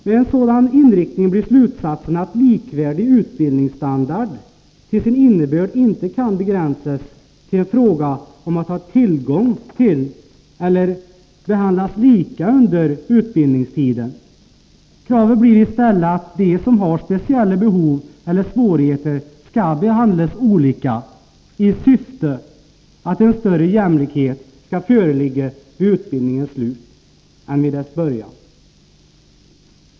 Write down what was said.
Med en sådan inriktning blir slutsatsen att likvärdig utbildningsstandard till sin innebörd inte kan begränsas till en fråga om att alla skall ha samma tillgång till utbildning eller behandlas lika under utbildningstiden. Kravet blir istället att de som har speciella behov eller svårigheter skall behandlas olika i syfte att en större jämlikhet skall föreligga vid utbildningens slut än vid dess början.